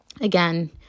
again